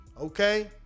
Okay